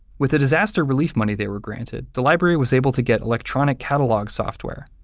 with the disaster relief money they were granted, the library was able to get electronic catalog software.